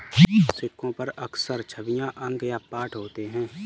सिक्कों पर अक्सर छवियां अंक या पाठ होते हैं